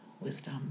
wisdom